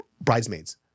Bridesmaids